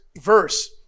verse